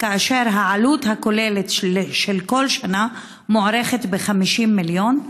והעלות הכוללת של כל שנה מוערכת ב-50 מיליון.